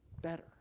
better